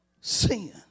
sin